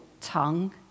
tongue